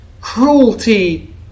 cruelty